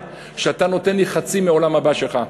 שאתה נותן לי חצי מהעולם הבא שלך.